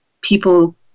people